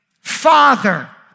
Father